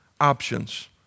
options